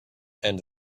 and